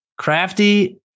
Crafty